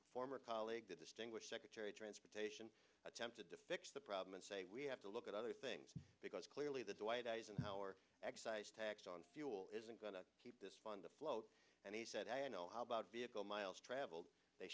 former colleague the distinguished secretary of transportation attempted to fix the problem and say we have to look at other things because clearly the dwight eisenhower excise tax on fuel isn't going to keep this fund afloat and he said i know how about vehicle miles traveled they